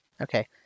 Okay